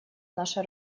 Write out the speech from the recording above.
наша